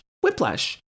whiplash